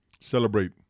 celebrate